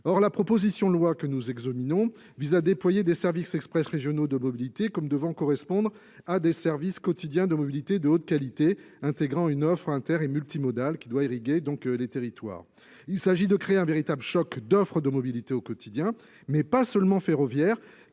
la proposition de loi que nous examinons vise à déployer des services express régionaux de mobilité C comme devant correspondre à des services quotidiens de mobilité de haute qualité, intégrant une offre interne et multimodale qui doit irriguer donc les territoires. Il s'agit de créer un véritable choc d'offres de mobilité au quotidien mais pas seulement ferroviaire,